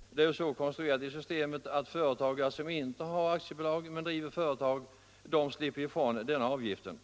Systemet är så konstruerat att företagare som inte har aktiebolag men driver företag ändå slipper ifrån den avgiften.